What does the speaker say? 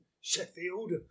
Sheffield